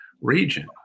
region